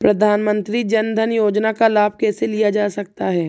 प्रधानमंत्री जनधन योजना का लाभ कैसे लिया जा सकता है?